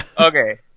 Okay